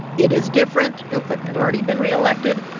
it is different. bill clinton had already been re-elected.